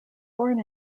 born